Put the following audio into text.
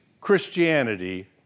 Christianity